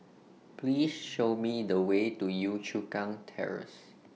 Please Show Me The Way to Yio Chu Kang Terrace